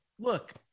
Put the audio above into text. look